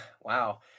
Wow